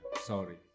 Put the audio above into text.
Sorry